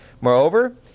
Moreover